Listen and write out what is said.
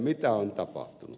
mitä on tapahtunut